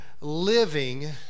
living